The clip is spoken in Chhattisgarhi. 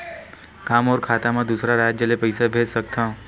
का मोर खाता म दूसरा राज्य ले पईसा भेज सकथव?